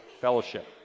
fellowship